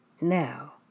Now